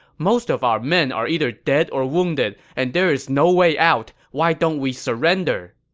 most of our men are either dead or wounded, and there's no way out. why don't we surrender?